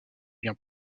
vient